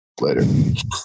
later